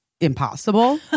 impossible